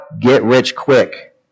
get-rich-quick